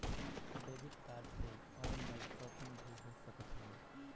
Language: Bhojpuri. डेबिट कार्ड से ऑनलाइन शोपिंग भी हो सकत हवे